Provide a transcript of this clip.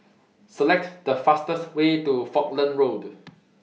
Select The fastest Way to Falkland Road